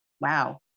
Wow